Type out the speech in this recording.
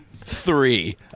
Three